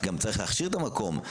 צריך גם להכשיר את המקום.